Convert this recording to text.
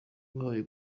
wihaye